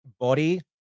body